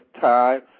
time